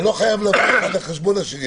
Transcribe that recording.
זה לא חייב לבוא אחד על חשבון השני,